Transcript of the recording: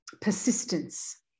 persistence